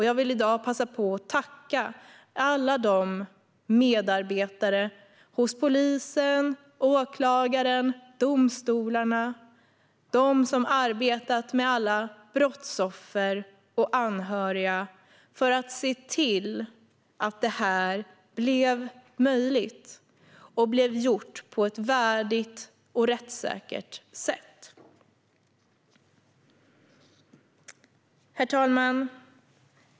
Jag vill i dag passa på att tacka alla de medarbetare hos polisen, åklagaren och domstolarna som har arbetat med alla brottsoffer och anhöriga för att se till att det här blev möjligt och blev gjort på ett värdigt och rättssäkert sätt. Herr talman!